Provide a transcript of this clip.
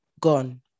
gone